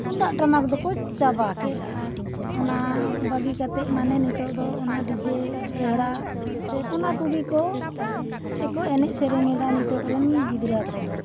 ᱛᱩᱢᱫᱟᱜ ᱴᱟᱢᱟᱠ ᱫᱚᱠᱚ ᱪᱟᱵᱟ ᱠᱮᱫᱟ ᱚᱱᱟ ᱵᱟᱹᱜᱤ ᱠᱟᱛᱮᱜ ᱢᱟᱱᱮ ᱱᱤᱛᱳᱜ ᱫᱚ ᱚᱱᱟ ᱰᱤᱡᱮ ᱨᱮᱦᱲᱟ ᱚᱱᱟ ᱠᱚᱜᱮ ᱠᱚ ᱛᱮᱠᱚ ᱮᱱᱮᱡ ᱥᱮᱨᱮᱧ ᱮᱫᱟ ᱱᱤᱛᱳᱜ ᱨᱮᱱ ᱜᱤᱫᱽᱨᱟᱹ ᱠᱚᱫᱚ